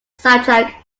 soundtrack